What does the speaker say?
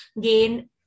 gain